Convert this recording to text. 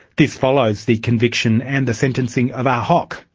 this follows the conviction and the sentencing of ahok,